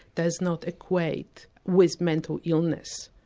does not equate with mental illness.